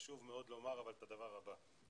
אבל חשוב מאוד לומר את הדבר הבא,